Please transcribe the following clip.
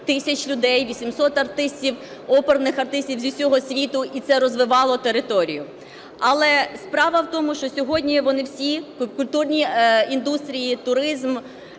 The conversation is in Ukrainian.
тисяч людей, 800 артистів, оперних артистів зі всього світу, і це розвивало територію. Але справа в тому, що сьогодні вони всі, культурні індустрії, туризм